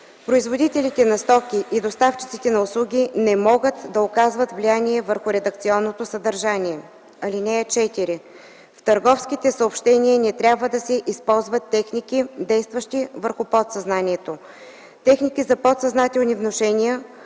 Производителите на стоки и доставчиците на услуги не могат да оказват влияние върху редакционното съдържание. (4) В търговските съобщения не трябва да се използват техники, действащи върху подсъзнанието. Техники за подсъзнателни внушения